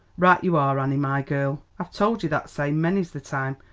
right you are, annie, my girl, i've towld you that same many's the time.